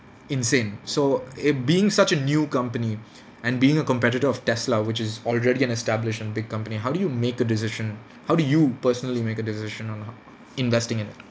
insane so it being such a new company and being a competitor of Tesla which is already an established and big company how do you make a decision how do you personally make a decision on how investing in it